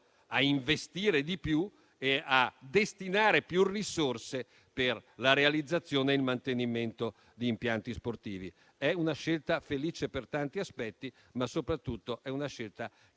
ad investire di più e a destinare più risorse per la realizzazione e il mantenimento di impianti sportivi. È una scelta felice per tanti aspetti, ma soprattutto consente